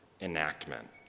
enactment